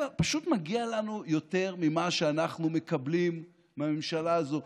פשוט מגיע לנו יותר ממה שאנחנו מקבלים מהממשלה הזאת.